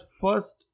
first